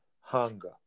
hunger